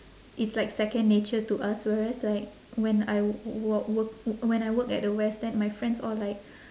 it's like second nature to us whereas like when I work work when I work at the west then my friends all like